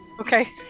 Okay